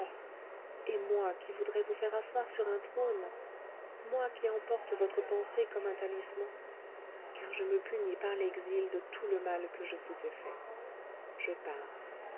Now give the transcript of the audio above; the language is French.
et moi qui voudrais vous faire asseoir sur un trône moi qui emporte votre pensée comme un talisman car je me punis par l'exil de tout le mal que je vous ai fait je pars